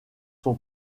son